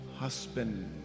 husband